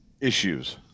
issues